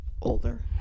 older